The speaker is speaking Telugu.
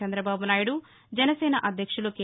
చంద్రబాబునాయుడు జనసేన అధ్యక్షులు కె